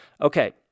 Okay